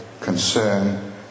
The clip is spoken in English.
concern